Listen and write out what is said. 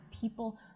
people